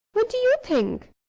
what do you think?